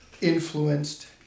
influenced